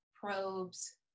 probes